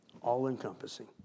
all-encompassing